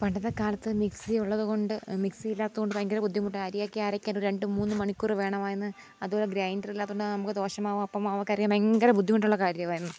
പണ്ടത്തെ കാലത്ത് മിക്സി ഉള്ളതു കൊണ്ട് മിക്സി ഇല്ലാത്തതു കൊണ്ട് ഭയങ്കര ബുദ്ധിമുട്ടാണ് അരിയൊക്കെ അരയ്ക്കാന് ഒരു രണ്ടു മൂന്നു മണിക്കൂർ വേണമായിരുന്നു അതു പോലെ ഗ്രൈൻ്ററില്ലാത്തതു കൊണ്ട് നമുക്ക് ദോശ മാവോ അപ്പ മാവൊക്കെ അരക്കാന് ഭയങ്കര ബുദ്ധിമുട്ടുള്ള കാര്യമായിരുന്നു